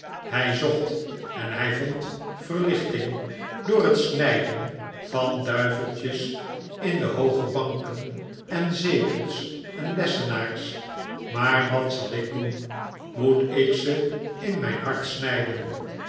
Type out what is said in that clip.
hy zocht en hy vond verlichting door het snijden van duiveltjes in de hooge banken en zetels en lessenaars maar wat zal ik doen moet ik ze in myn hart snijden